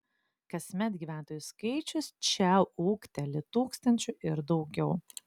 kasmet gyventojų skaičius čia ūgteli tūkstančiu ir daugiau